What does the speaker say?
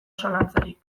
zalantzarik